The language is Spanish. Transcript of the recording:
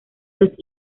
los